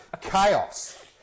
Chaos